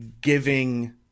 giving